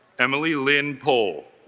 emily lynn pol